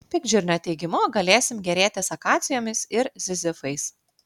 pikžirnio teigimu galėsim gėrėtis akacijomis ir zizifais